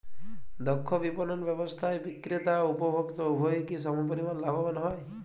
দক্ষ বিপণন ব্যবস্থায় বিক্রেতা ও উপভোক্ত উভয়ই কি সমপরিমাণ লাভবান হয়?